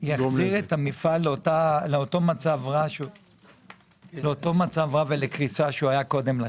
יחזיר את המפעל לאותו מצב רע ולקריסה שהוא היה בהם קודם.